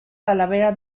talavera